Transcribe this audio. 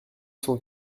cent